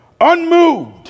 Unmoved